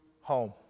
home